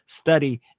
study